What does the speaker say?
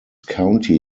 county